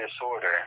disorder